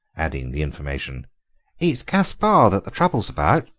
adding the information it's gaspare that the trouble is about.